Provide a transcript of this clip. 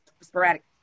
sporadic